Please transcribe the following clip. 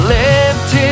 lifted